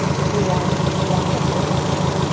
if you want, you can come onto fists.